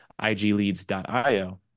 igleads.io